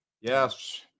Yes